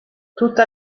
tutta